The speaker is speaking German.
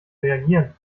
reagieren